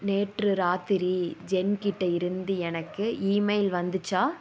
நேற்று ராத்திரி ஜென் கிட்ட இருந்து எனக்கு ஈமெயில் வந்துச்சா